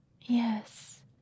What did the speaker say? Yes